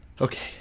Okay